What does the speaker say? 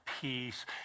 peace